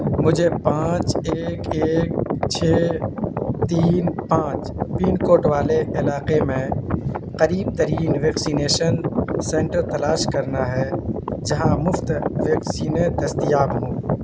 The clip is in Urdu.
مجھے پانچ ایک ایک چھ تین پانچ پن کوڈ والے علاقے میں قریب ترین ویکسینیشن سنٹر تلاش کرنا ہے جہاں مفت ویکسینیں دستیاب ہوں